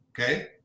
Okay